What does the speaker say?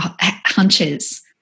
hunches